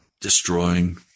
destroying